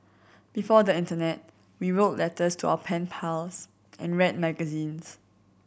before the internet we wrote letters to our pen pals and read magazines